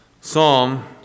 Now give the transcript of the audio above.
Psalm